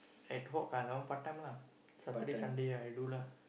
ad hoc but that one part-time lah Saturday Sunday I do lah